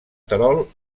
terol